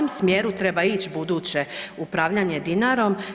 smjeru treba ići buduće upravljanje Dinarom?